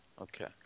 Okay